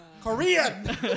Korean